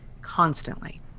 constantly